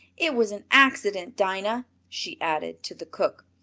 it was an accident, dinah, she added, to the cook.